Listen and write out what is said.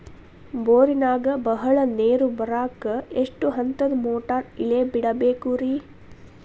ಬೋರಿನಾಗ ಬಹಳ ನೇರು ಬರಾಕ ಎಷ್ಟು ಹಂತದ ಮೋಟಾರ್ ಇಳೆ ಬಿಡಬೇಕು ರಿ?